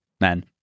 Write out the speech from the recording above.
men